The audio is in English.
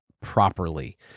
properly